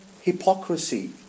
hypocrisy